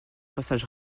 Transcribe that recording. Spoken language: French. passage